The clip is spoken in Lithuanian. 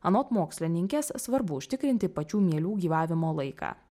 anot mokslininkės svarbu užtikrinti pačių mielių gyvavimo laiką